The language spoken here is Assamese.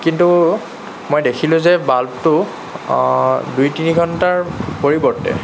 কিন্তু মই দেখিলোঁ যে বাল্বটো দুই তিনি ঘন্টাৰ পৰিৱৰ্তে